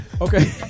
okay